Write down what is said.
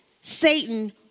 Satan